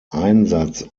einsatz